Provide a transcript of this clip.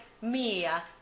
mia